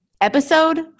episode